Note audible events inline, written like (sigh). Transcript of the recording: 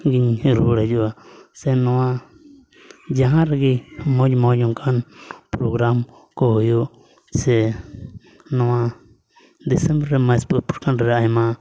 (unintelligible) ᱨᱩᱣᱟᱹᱲ ᱦᱤᱡᱩᱜᱼᱟ ᱥᱮ ᱱᱚᱣᱟ ᱡᱟᱦᱟᱸ ᱨᱮᱜᱮ ᱢᱚᱡᱽ ᱢᱚᱡᱽ ᱚᱱᱠᱟᱱ ᱯᱨᱳᱜᱨᱟᱢ ᱠᱚ ᱦᱩᱭᱩᱜ ᱥᱮ ᱱᱚᱣᱟ ᱰᱤᱥᱮᱢᱵᱚᱨ ᱢᱟᱹᱦᱱᱟ ᱨᱮ ᱯᱩᱨᱟᱹ ᱯᱨᱚᱠᱷᱚᱸᱰ ᱨᱮ ᱟᱭᱢᱟ